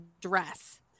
dress